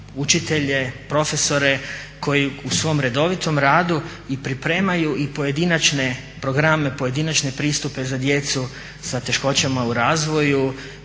učitelje, profesore koji u svom redovitom radu i pripremaju i pojedinačne programe, pojedinačne pristupe za djecu sa teškoćama u razvoju